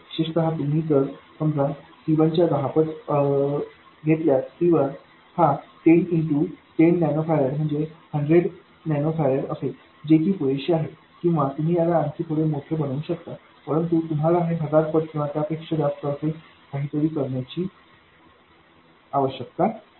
विशेषत तुम्ही जर समजा C1याच्या दहापट घेतल्यास C1 हा 10 10 नॅनो फॅरड म्हणजे 100 नॅनो फॅरड असेल जे की पुरेशे आहे किंवा तुम्ही याला आणखी थोडे मोठे बनवू शकता परंतु तुम्हाला हे हजार पट किंवा त्याप्रमाणेच असे काहीतरी तयार करण्याची आवश्यकता नाही